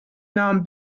nahm